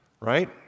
Right